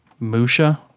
Musha